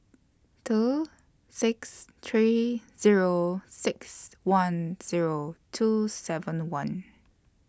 two six three Zero six one Zero two seven one